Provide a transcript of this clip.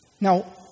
Now